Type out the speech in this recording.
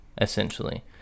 essentially